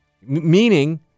Meaning